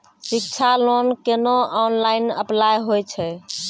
शिक्षा लोन केना online apply होय छै?